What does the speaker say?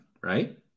right